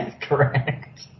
Correct